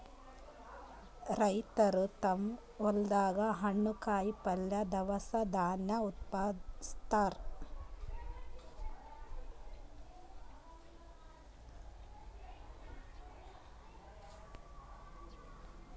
ರೈತರ್ ತಮ್ಮ್ ಹೊಲ್ದಾಗ ಹಣ್ಣ್, ಕಾಯಿಪಲ್ಯ, ದವಸ ಧಾನ್ಯ ಉತ್ಪಾದಸ್ತಾರ್